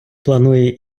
планує